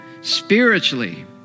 spiritually